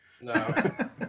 No